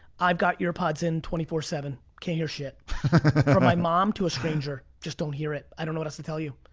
i've got ear pods in twenty four seven. can't hear shit my mom to a stranger, just don't hear it. i don't know what else to tell you.